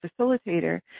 facilitator